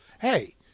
hey